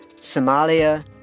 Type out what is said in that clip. Somalia